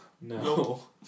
No